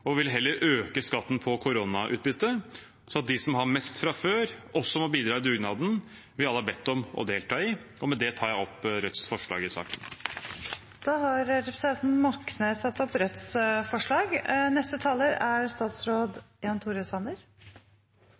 vil heller øke skatten på koronautbytte, slik at de som har mest fra før, også må bidra i dugnaden som vi alle er blitt bedt om å delta i. Med det tar jeg opp Rødts forslag i saken. Representanten Bjørnar Moxnes har tatt opp